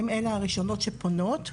הן הראשונות שפונות.